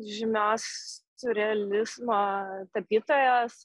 žymios siurrealizmo tapytojos